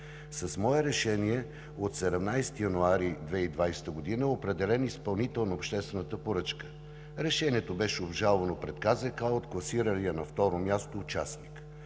С мое решение от 17 януари 2020 г. е определен изпълнител на обществената поръчка. Решението беше обжалвано пред КЗК от класирания на второ място участник.